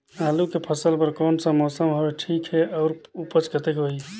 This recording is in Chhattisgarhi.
आलू के फसल बर कोन सा मौसम हवे ठीक हे अउर ऊपज कतेक होही?